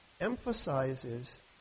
emphasizes